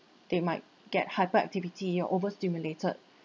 they might get hyperactivity over stimulated